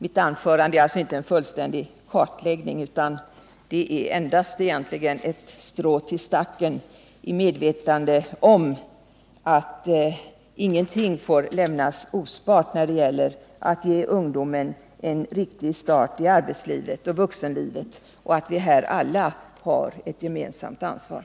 Det är ingen fullständig kartläggning, utan egentligen endast ett strå till stacken i medvetande om att ingenting får lämnas oprövat när det gäller att ge ungdomen en riktig start i arbetslivet och i vuxenlivet. Här har vi alla ett gemensamt ansvar.